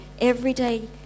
everyday